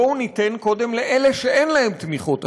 בואו ניתן קודם לאלה שאין להם תמיכות אחרות.